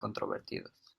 controvertidos